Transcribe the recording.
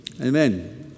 Amen